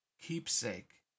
Keepsake